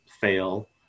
fail